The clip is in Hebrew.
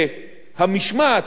שהמשמעת,